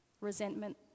resentment